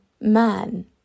man